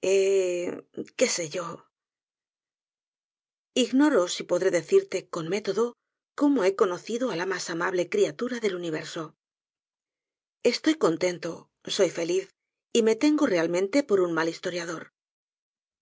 qué sé yo ígñoro si podré decirte con método como he conocido á la mas amable criatura del universo estoy contento soy feliz y me tengo realmente por un mal historiador